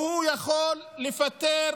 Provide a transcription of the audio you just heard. הוא יכול לפטר